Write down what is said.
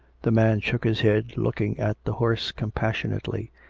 the man shook his head, looking at the horse compas sionately.